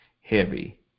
heavy